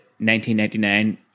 1999